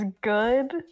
good